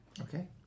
Okay